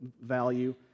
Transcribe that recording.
value